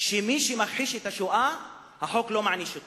שמי שמכחיש את השואה, החוק לא מעניש אותו.